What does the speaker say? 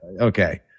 okay